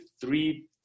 three